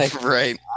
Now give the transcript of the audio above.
Right